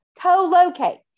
co-locate